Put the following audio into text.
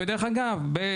ודרך אגב,